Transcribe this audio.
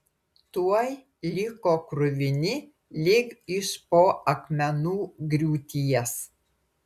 tuoj liko kruvini lyg iš po akmenų griūties